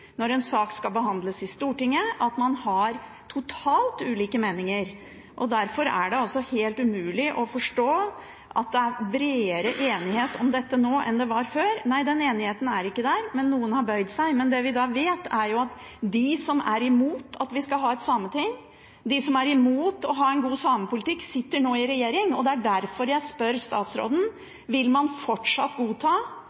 når en sak skal behandles i Stortinget, at man har totalt ulike meninger. Derfor er det helt umulig å forstå at det er «bredere» enighet om dette nå enn det var før! Nei, den enigheten er ikke der, men noen har bøyd seg. Men det vi vet, er at de som er imot at vi skal ha et sameting, de som er imot å ha en god samepolitikk, sitter nå i regjering, og det er derfor jeg spør